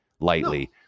lightly